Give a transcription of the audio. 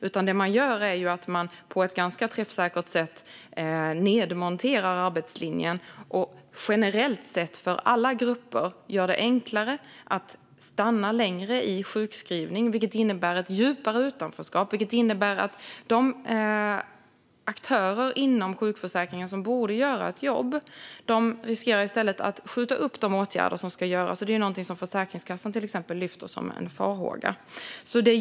Det man i stället gör är att man, på ett ganska träffsäkert sätt, nedmonterar arbetslinjen och generellt sett, för alla grupper, gör det enklare att stanna längre i sjukskrivning. Detta innebär ett djupare utanförskap och att de aktörer inom sjukförsäkringen som borde göra ett jobb i stället riskerar att skjuta upp de åtgärder som ska vidtas. Detta lyfter till exempel Försäkringskassan som en farhåga.